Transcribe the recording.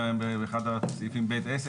באחד הסעיפים מופיע 'בית עסק',